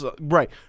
Right